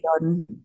on